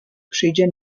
przyjdzie